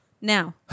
Now